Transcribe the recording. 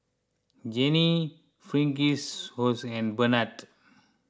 Janine Fitzhugh and Barnard